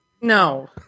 No